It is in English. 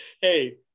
Hey